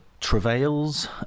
travails